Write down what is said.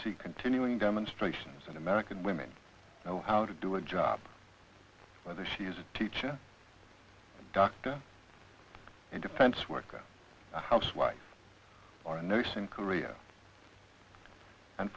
see continuing demonstrations in american women know how to do a job whether she is a teacher a doctor and defense worker housewife or a nurse in korea and